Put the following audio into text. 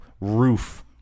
Roof